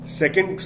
second